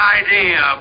idea